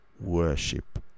worship